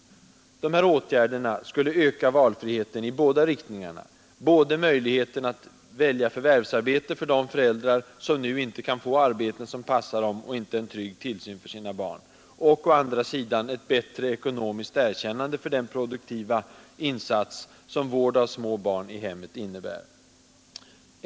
De här åtgärderna skulle öka valfriheten i båda riktningarna — både möjligheten att välja förvärvsarbete för de föräldrar, som nu inte kan få arbeten som passar dem och inte en trygg tillsyn för sina barn, och å andra sidan ett bättre ekonomiskt erkännande för den produktiva insats som vård av små barn i hemmet innebär.